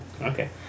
okay